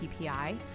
PPI